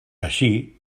així